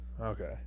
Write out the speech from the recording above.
okay